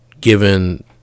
given